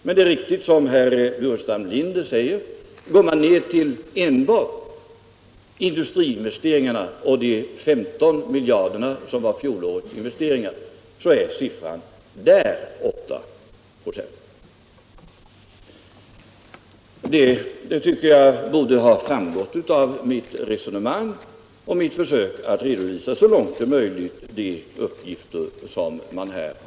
Men det är riktigt som herr Burenstam Linder säger att om man enbart avser industriinvesteringarna och de 15 miljarder kronor som var fjolårets investeringar blir siffran där 8 96. Detta tycker jag borde ha framgått av mitt resonemang och mitt försök att så långt det är möjligt redovisa de uppgifter man här efterlyst.